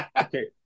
okay